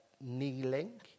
kneeling